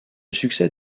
succès